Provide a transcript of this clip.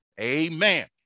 amen